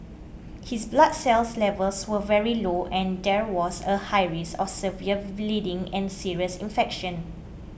his blood cells levels were very low and there was a high risk of severe bleeding and serious infection